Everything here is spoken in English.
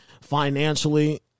Financially